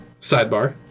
Sidebar